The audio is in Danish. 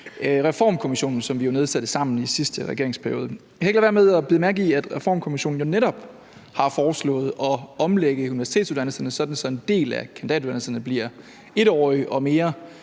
Reformkommissionen, som vi jo nedsatte sammen i sidste regeringsperiode. Jeg kan ikke lade være med at bide mærke i, at Reformkommissionen jo netop har foreslået at omlægge universitetsuddannelserne, sådan at en del af kandidatuddannelserne bliver 1-årige og tættere